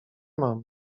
mam